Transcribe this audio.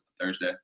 thursday